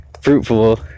fruitful